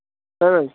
اَہن حظ